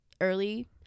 early